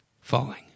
Falling